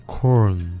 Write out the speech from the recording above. Corn